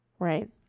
Right